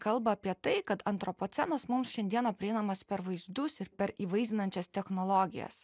kalba apie tai kad antropocenas mums šiandieną prieinamas per vaizdus ir per įvaizdinančias technologijas